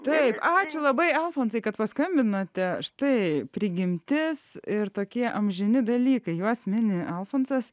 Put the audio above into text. taip ačiū labai alfonsai kad paskambinote štai prigimtis ir tokie amžini dalykai juos mini alfonsas